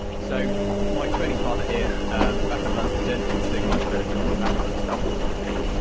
so my training partner here back in london, denton, is doing a much better job of that kind of stuff than than me.